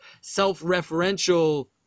self-referential